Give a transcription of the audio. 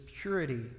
purity